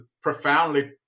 profoundly